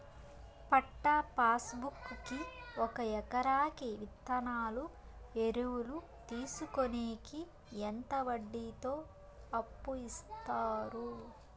పట్టా passbook కి ఒక ఎకరాకి విత్తనాలు, ఎరువులు తీసుకొనేకి ఎంత వడ్డీతో అప్పు ఇస్తారు?